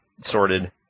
sorted